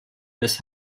des